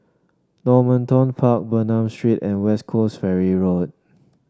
Normanton Park Bernam Street and West Coast Ferry Road